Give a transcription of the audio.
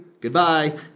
Goodbye